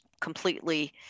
completely